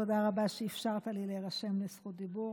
תודה רבה שאפשרת לי להירשם לדיבור.